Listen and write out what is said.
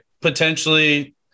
potentially